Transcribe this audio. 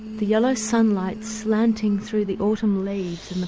the yellow sunlight slanting through the autumn leaves